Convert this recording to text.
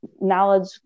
knowledge